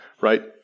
right